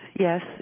Yes